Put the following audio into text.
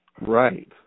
Right